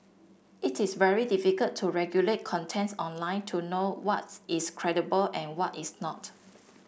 it is very difficult to regulate contents online to know what is credible and what is not